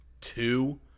two